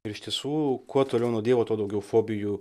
ir iš tiesų kuo toliau nuo dievo tuo daugiau fobijų